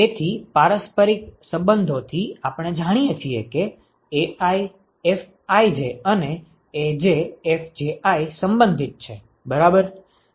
તેથી પારસ્પરિક સંબંધોથી આપણે જાણીએ છીએ કે AiFij અને AjFji સંબંધિત છે બરાબર